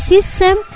System